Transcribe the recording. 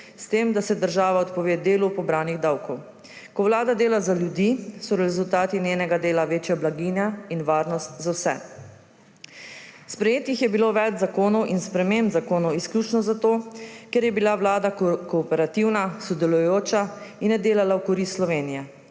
s tem, da se država odpove delu pobranih davkov. Ko Vlada dela za ljudi, so rezultati njenega dela večja blaginja in varnost za vse. Sprejetih je bilo več zakonov in sprememb zakonov izključno zato, ker je bila vlada kooperativna, sodelujoča in je delala v korist Slovenije